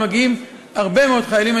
אבל מגיעים הרבה מאוד חיילים,